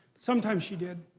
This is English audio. sometimes she did.